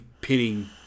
pinning